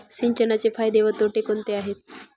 सिंचनाचे फायदे व तोटे कोणते आहेत?